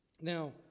Now